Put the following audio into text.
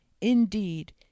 Indeed